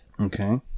Okay